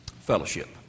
Fellowship